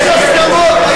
יש הסכמות.